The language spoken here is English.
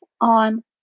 on